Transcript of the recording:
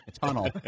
tunnel